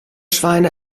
schweine